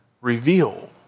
reveal